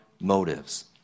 motives